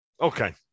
Okay